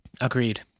Agreed